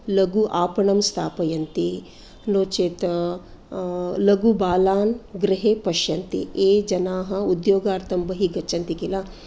लघु आपणं स्थापयन्ति नो चेत् लघु बालान् गृहे पश्यन्ति ये जनाः बहिः उद्योगार्तं बहि गच्चन्ति खिल